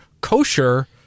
kosher-